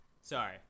Sorry